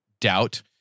doubt